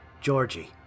Georgie